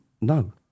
No